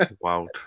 wow